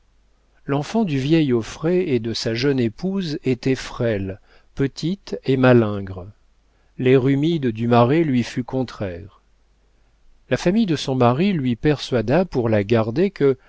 l'enfant du vieil auffray et de sa jeune épouse était frêle petite et malingre l'air humide du marais lui fut contraire la famille de son mari lui persuada pour la garder que